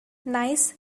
nice